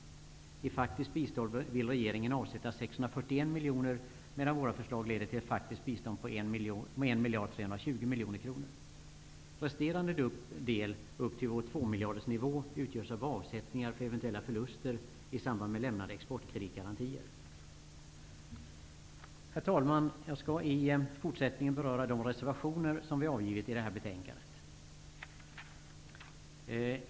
I faktiskt bistånd vill regeringen avsätta 641 miljoner kronor, medan våra förslag leder till ett faktiskt bistånd på 1 320 miljoner kronor. Resterande del upp till vår nivå på Herr talman! Jag skall i fortsättningen beröra de reservationer som vi har avgivit i det här betänkandet.